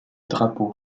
drapeau